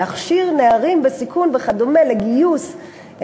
להכשיר נערים בסיכון וכדומה לגיוס,